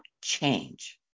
change